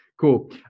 cool